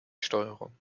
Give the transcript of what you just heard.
steuerung